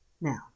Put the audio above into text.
now